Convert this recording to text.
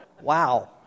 Wow